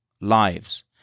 lives